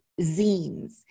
zines